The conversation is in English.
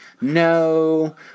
no